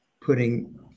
putting